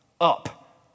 up